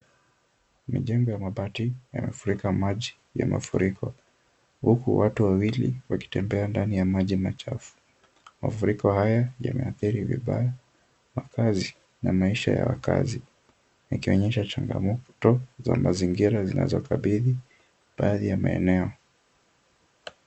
Mijengo ya mabati yamefurika maji ya mafuriko, huku watu wawili wakitembea ndani ya maji machafu. Mafuriko haya yameathiri vibaya wakazi na maisha ya wakazi, yakionyesha changamoto za mazingira zinazokabidhi, baadhi ya maeneo.